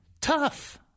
Tough